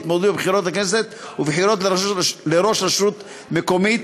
להתמודדות בבחירות לכנסת ובבחירות לראש רשות מקומית